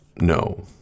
No